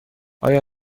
آیا